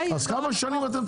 אז כמה שנים אתם צריכים?